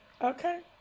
Okay